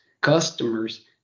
customers